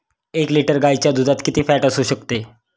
एक लिटर गाईच्या दुधात किती फॅट असू शकते?